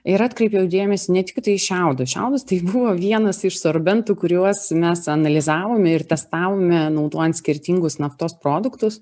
ir atkreipiau dėmesį ne tiktai į šiaudus šiaudas tai buvo vienas iš sorbentų kuriuos mes analizavome ir testavome naudojant skirtingus naftos produktus